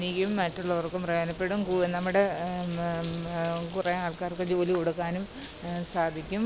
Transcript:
എനിക്കും മറ്റുള്ളവര്ക്കും പ്രയോജനപ്പെടും നമ്മുടെ കുറേയാള്ക്കാര്ക്ക് ജോലി കൊടുക്കാനും സാധിക്കും